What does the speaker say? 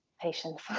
patience